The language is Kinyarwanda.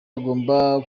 agomba